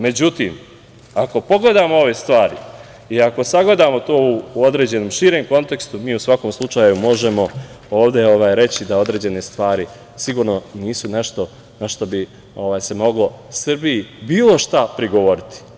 Međutim, ako pogledamo ove stvari i ako sagledamo to u određenom, širem kontekstu, mi u svakom slučaju možemo reći da određene stvari sigurno nisu nešto gde bi se moglo Srbiji bilo šta prigovoriti.